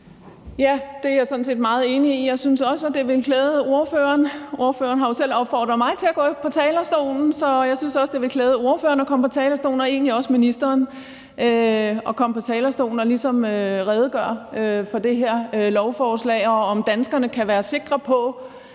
sådan set meget enig i. Jeg synes også, at det ville klæde ordføreren. Ordføreren har jo selv opfordret mig til at gå på talerstolen, så jeg synes også, det ville klæde ordføreren og egentlig også ministeren at komme på talerstolen og ligesom redegøre for det her lovforslag og for, om danskerne kan være sikre på,